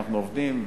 אנחנו עובדים,